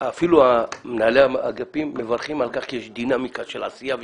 אפילו מנהלי האגפים מברכים על כך כי יש דינמיקה של עשייה ושינויים.